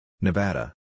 Nevada